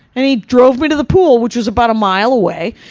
and he drove me to the pool, which was about a mile away,